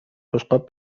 بشقاب